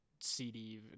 cd